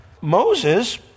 Moses